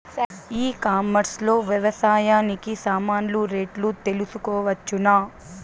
ఈ కామర్స్ లో వ్యవసాయానికి సామాన్లు రేట్లు తెలుసుకోవచ్చునా?